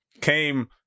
came